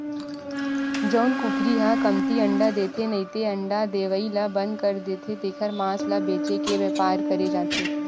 जउन कुकरी ह कमती अंडा देथे नइते अंडा देवई ल बंद कर देथे तेखर मांस ल बेचे के बेपार करे जाथे